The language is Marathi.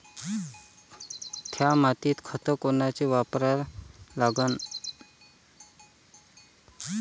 थ्या मातीत खतं कोनचे वापरा लागन?